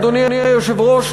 אדוני היושב-ראש,